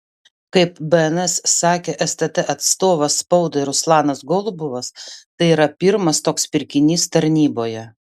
kaip bns sakė stt atstovas spaudai ruslanas golubovas tai yra pirmas toks pirkinys tarnyboje